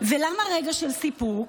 ולמה רגע של סיפוק?